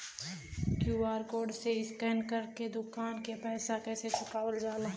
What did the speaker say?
QR code से scan कर के दुकान के पैसा कैसे चुकावल जाला?